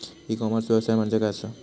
E commerce व्यवसाय म्हणजे काय असा?